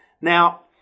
now